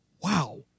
Wow